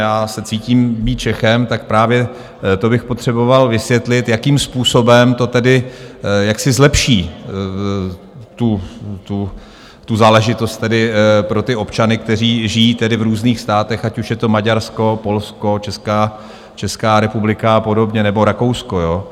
Já se cítím být Čechem, tak právě to bych potřeboval vysvětlit, jakým způsobem to tedy jaksi zlepší tu záležitost pro občany, kteří žijí v různých státech, ať už je to Maďarsko, Polsko, Česká republika a podobně, nebo Rakousko.